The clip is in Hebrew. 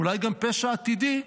אולי גם פשע עתידי,